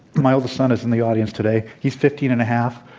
my oldest son is in the audience today he's fifteen and a half.